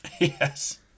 Yes